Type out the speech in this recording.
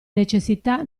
necessità